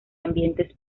ambientes